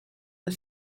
the